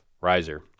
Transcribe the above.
riser